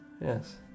Yes